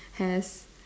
has